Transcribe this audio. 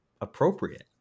appropriate